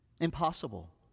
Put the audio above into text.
Impossible